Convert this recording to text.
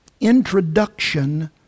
introduction